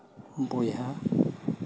ᱵᱚᱭᱦᱟ